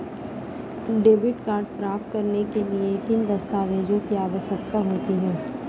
Debit card प्राप्त करने के लिए किन दस्तावेज़ों की आवश्यकता होती है?